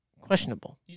Questionable